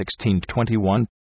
16-21